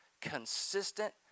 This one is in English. consistent